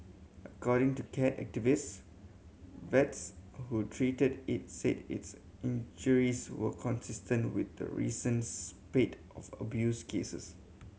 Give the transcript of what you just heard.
according to cat activists vets who treated it said its injuries were consistent with the recent spate of abuse cases